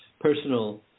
personal